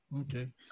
Okay